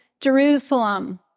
Jerusalem